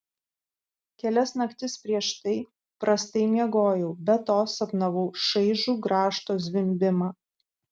kelias naktis prieš tai prastai miegojau be to sapnavau šaižų grąžto zvimbimą